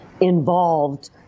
involved